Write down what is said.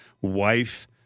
wife